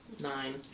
Nine